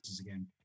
again